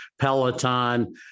Peloton